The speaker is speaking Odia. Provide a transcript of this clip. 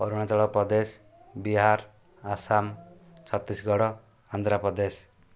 ଅରୁଣାଚଳ ପ୍ରଦେଶ ବିହାର ଆସାମ ଛତିଶଗଡ଼ ଆନ୍ଧ୍ରପ୍ରଦେଶ